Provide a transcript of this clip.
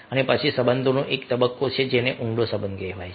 અને પછી સંબંધનો એક તબક્કો છે જેને ઊંડો સંબંધ કહેવાય છે